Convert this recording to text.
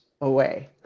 away